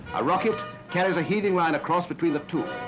a rocket carries a heaving line across between the two.